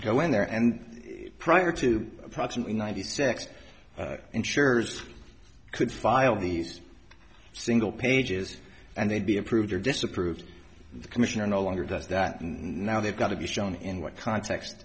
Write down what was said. go in there and prior to approximately ninety six insurers could file these single pages and they'd be approved or disapproved the commissioner no longer does that and now they've got to be shown in what context